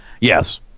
Yes